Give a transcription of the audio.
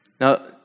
Now